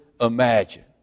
imagine